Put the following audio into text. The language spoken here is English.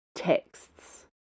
Texts